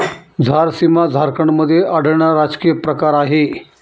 झारसीम झारखंडमध्ये आढळणारा राजकीय प्रकार आहे